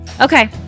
Okay